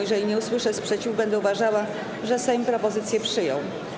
Jeżeli nie usłyszę sprzeciwu, będę uważała, że Sejm propozycję przyjął.